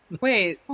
Wait